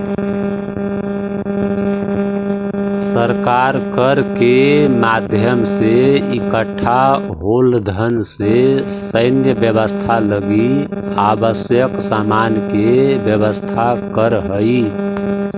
सरकार कर के माध्यम से इकट्ठा होल धन से सैन्य व्यवस्था लगी आवश्यक सामान के व्यवस्था करऽ हई